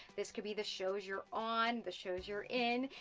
this could be the shows you're on, the shows you're in.